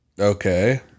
Okay